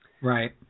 Right